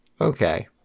Okay